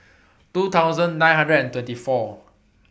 two nine hundred and twenty four